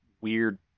weird